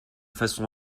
façon